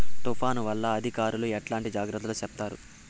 తుఫాను వల్ల అధికారులు ఎట్లాంటి జాగ్రత్తలు చెప్తారు?